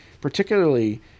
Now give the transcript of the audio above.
particularly